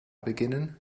beginnen